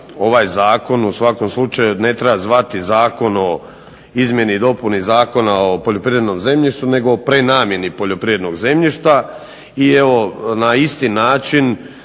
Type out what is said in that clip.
ovaj zakon u svakom slučaju ne treba zvati Zakon o izmjeni i dopuni Zakona o poljoprivrednom zemljištu nego o prenamjeni poljoprivrednog zemljišta. I evo, na isti način